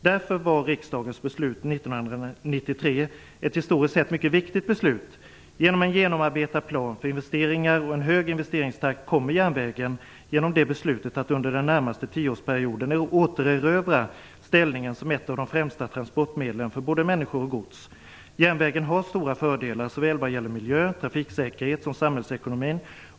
Därför var riksdagens beslut år 1993 ett historiskt sett mycket viktigt beslut. Genom en genomarbetad plan för investeringar och en hög investeringstakt kommer järnvägen genom det beslutet att under den närmaste tioårsperioden återerövra ställningen som ett av de främsta transportmedlen för både människor och gods. Järnvägen har stora fördelar såväl vad gäller miljö, trafiksäkerhet som samhällsekonomi.